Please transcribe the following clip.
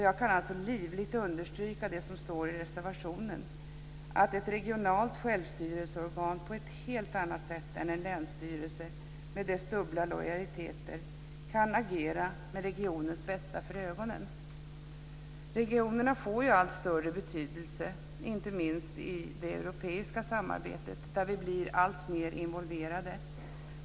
Jag kan alltså livligt understryka det som står i reservationen, dvs. att ett regionalt självstyrelseorgan på ett helt annat sätt än en länsstyrelse, med dess dubbla lojaliteter, kan agera med regionens bästa för ögonen. Regionerna får allt större betydelse, inte minst i det europeiska samarbetet, där vi blir alltmer involverade.